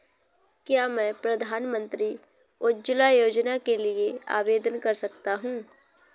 क्या मैं प्रधानमंत्री उज्ज्वला योजना के लिए आवेदन कर सकता हूँ?